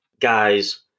guys